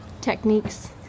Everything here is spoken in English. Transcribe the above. techniques